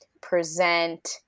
present